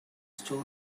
story